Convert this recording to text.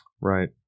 right